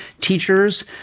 teachers